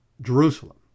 Jerusalem